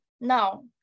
Now